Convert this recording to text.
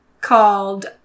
called